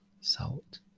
salt